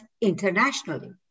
internationally